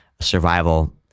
survival